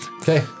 okay